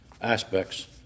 aspects